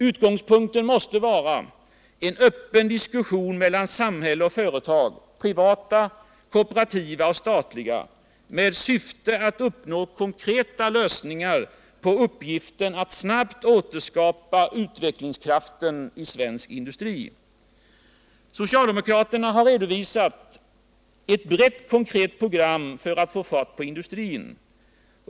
Utgångspunkten måste vara en öppen diskussion mellan samhälle och företag — privata, kooperativa och statliga — med syfte att uppnå konkreta lösningar på uppgiften att snabbt återskapa utvecklingskraften i svensk industri. Socialdemokraterna har redovisat ett brett konkret program för att få fart på industrin.